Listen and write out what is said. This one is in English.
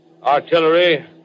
Artillery